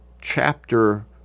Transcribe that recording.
chapter